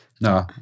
no